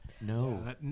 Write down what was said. No